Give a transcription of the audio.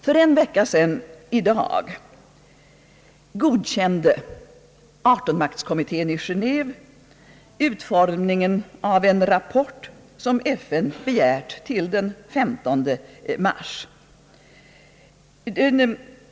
För en vecka sedan godkände 18 maktskommittén i Genéve utformningen av en rapport, som FN begärt till den 15 mars.